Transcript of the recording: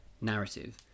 Narrative